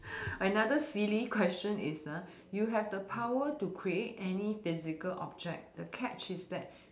another silly question is uh you have the power to create any physical object the catch is that